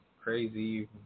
crazy